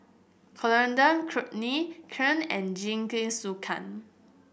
Coriander Chutney Kheer and Jingisukan